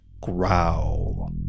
growl